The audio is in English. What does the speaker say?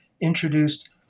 introduced